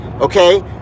okay